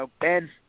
Ben